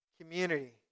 community